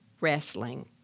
wrestling